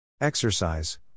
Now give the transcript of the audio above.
Exercise